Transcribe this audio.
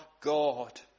God